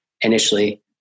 initially